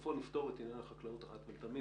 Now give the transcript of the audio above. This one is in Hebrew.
שבסופו נפתור את עניין החקלאות אחת ולתמיד